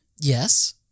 Yes